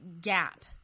gap